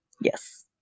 yes